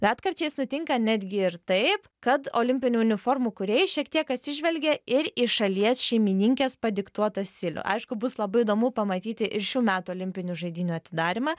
retkarčiais nutinka netgi ir taip kad olimpinių uniformų kūrėjai šiek tiek atsižvelgia ir į šalies šeimininkės padiktuotą stilių aišku bus labai įdomu pamatyti ir šių metų olimpinių žaidynių atidarymą